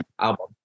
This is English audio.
album